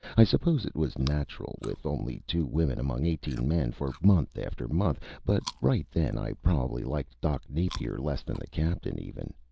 i suppose it was natural, with only two women among eighteen men for month after month, but right then i probably liked doc napier less than the captain, even.